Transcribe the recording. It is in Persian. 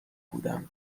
بودم